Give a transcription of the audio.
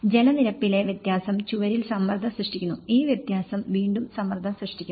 ജലനിരപ്പിലെ വ്യത്യാസം ചുവരിൽ സമ്മർദ്ദം സൃഷ്ടിക്കുന്നു ഈ വ്യത്യാസം വീണ്ടും സമ്മർദ്ദം സൃഷ്ടിക്കുന്നു